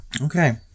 Okay